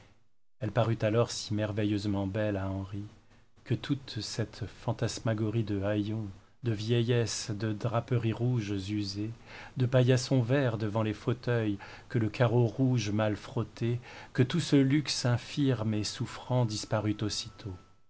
elle parut alors si merveilleusement belle à henri que toute cette fantasmagorie de haillons de vieillesse de draperies rouges usées de paillassons verts devant les fauteuils que le carreau rouge mal frotté que tout ce luxe infirme et souffrant disparut aussitôt